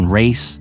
race